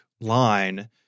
line